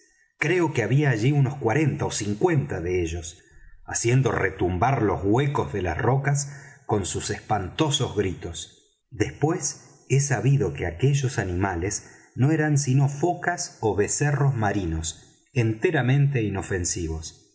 creo que había allí unos cuarenta ó cincuenta de ellos haciendo retumbar los huecos de las rocas con sus espantables gritos después he sabido que aquellos animales no eran sino focas ó becerros marinos enteramente inofensivos